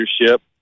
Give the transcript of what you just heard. leadership